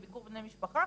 לביקור בני משפחה,